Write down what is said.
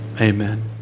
Amen